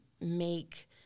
make